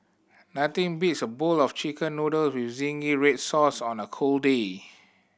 nothing beats a bowl of Chicken Noodle with zingy red sauce on a cold day